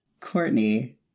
Courtney